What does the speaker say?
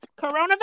coronavirus